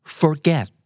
forget